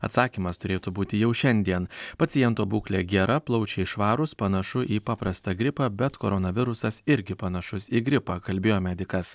atsakymas turėtų būti jau šiandien paciento būklė gera plaučiai švarūs panašu į paprastą gripą bet koronavirusas irgi panašus į gripą kalbėjo medikas